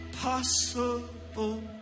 possible